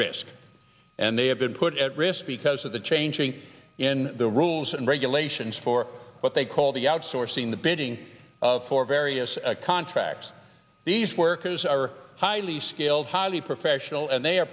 risk and they have been put at risk because of the changing in the rules and regulations for what they call the outsourcing the bending of for various contracts these workers are highly skilled highly professional and they are